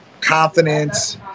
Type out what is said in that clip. confidence